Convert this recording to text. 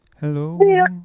Hello